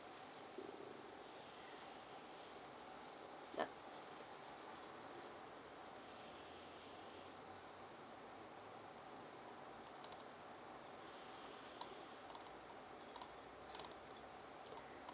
yup